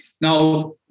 Now